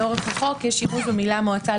לאורך החוק יש שילוב המילה מועצה,